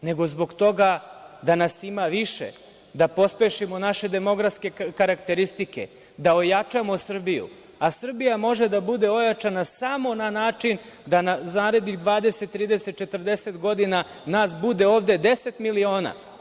nego zbog toga da nas ima više, da pospešimo naše demografske karakteristike, da ojačamo Srbiju, a Srbija može da bude ojačana samo na način da za narednih 20, 30, 40 godina nas bude ovde 10 miliona.